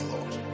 Lord